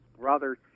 brother's